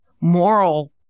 moral